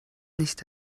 nicht